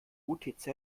utz